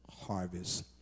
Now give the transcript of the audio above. Harvest